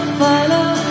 follow